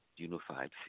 Unified